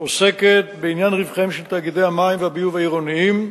עוסקת בעניין רווחיהם של תאגידי המים והביוב העירוניים.